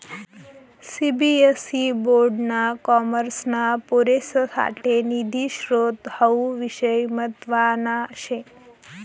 CBSE board ना कॉमर्सना पोरेससाठे निधी स्त्रोत हावू विषय म्हतवाना शे